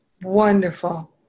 Wonderful